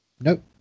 Nope